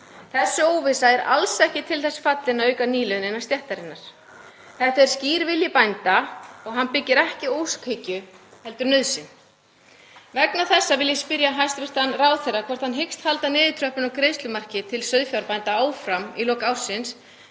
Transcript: Þessi óvissa er alls ekki til þess fallin að auka nýliðun innan stéttarinnar. Þetta er skýr vilji bænda og hann byggir ekki á óskhyggju heldur nauðsyn. Vegna þessa vil ég spyrja hæstv. ráðherra hvort hann hyggst halda niðurtröppun á greiðslumarki til sauðfjárbænda áfram í lok ársins